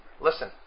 listen